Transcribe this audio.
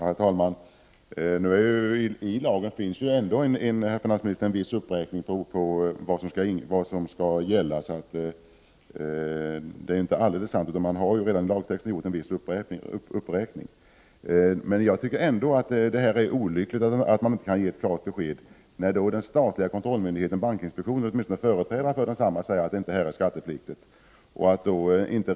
Herr talman! I lagtexten finns ändå, herr finansminister, en viss uppräkning, så det finansministern sade var inte alldeles sant. Jag tycker att det är olyckligt att man inte kan ge ett klart besked, då företrädare för den statliga kontrollmyndigheten, bankinspektionen, har sagt att sådan handel inte är skattepliktig.